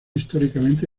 históricamente